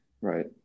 Right